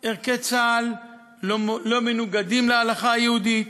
ערכי צה"ל לא מנוגדים להלכה היהודית,